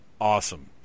Awesome